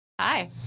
Hi